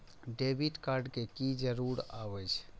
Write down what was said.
Debit card के की जरूर आवे छै?